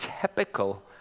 typical